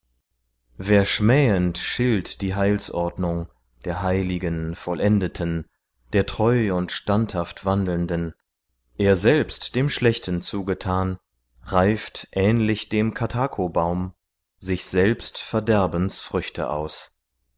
wer schmähend schilt die heilsordnung der heiligen vollendeten der treu und standhaft wandelnden er selbst dem schlechten zugetan reift ähnlich dem kahako baum sich selbst verderbens früchte aus